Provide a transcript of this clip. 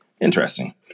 Interesting